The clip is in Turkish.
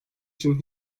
için